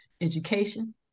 education